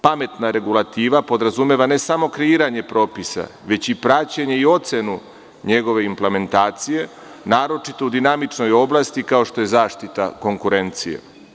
Pametna regulativa podrazumeva ne samo kreiranje propisa, već i praćenje i ocenu njegove implementacije, naročito u dinamičnoj oblasti kao što je zaštita konkurencije.